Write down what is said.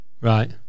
Right